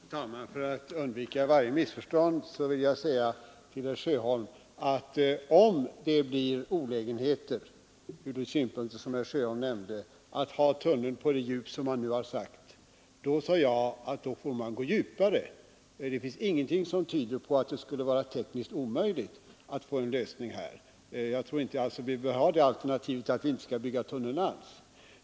Herr talman! För att undvika varje missförstånd vill jag säga till herr Sjöholm att om det blir sådana olägenheter som herr Sjöholm nämnde, om tunneln läggs på det djup som man nu sagt, då får man gå djupare. Ingenting tyder på att det skulle vara tekniskt omöjligt med en sådan lösning. Vi behöver alltså inte nämna alternativet att inte bygga tunneln alls.